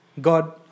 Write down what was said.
God